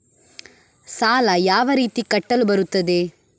ಸಾಲ ಯಾವ ರೀತಿ ಕಟ್ಟಲು ಬರುತ್ತದೆ?